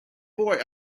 boy